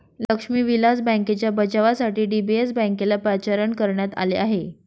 लक्ष्मी विलास बँकेच्या बचावासाठी डी.बी.एस बँकेला पाचारण करण्यात आले आहे